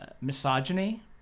misogyny